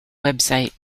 website